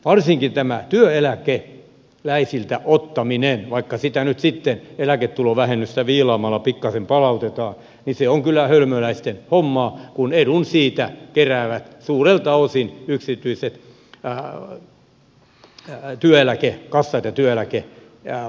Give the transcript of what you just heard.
varsinkin tämä työeläkeläisiltä ottaminen vaikka sitä nyt sitten eläketulovähennystä viilaamalla pikkaisen palautetaan on kyllä hölmöläisten hommaa kun edun siitä keräävät suurelta osin yksityiset työeläkekassat ja työeläkevakuutuslaitokset